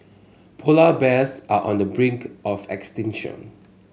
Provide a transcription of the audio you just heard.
polar bears are on the brink of extinction